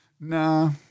Nah